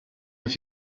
have